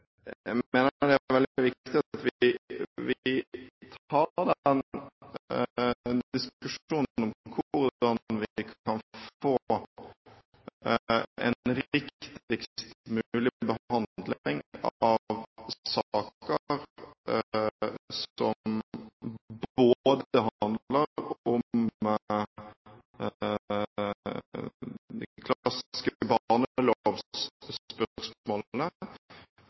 mener det er veldig viktig at vi tar diskusjonen om hvordan vi kan få en riktigst mulig behandling av saker som både handler om de klassiske barnelovspørsmålene og problemstillinger som dreier seg om